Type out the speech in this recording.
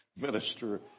minister